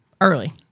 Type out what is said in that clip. early